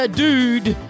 dude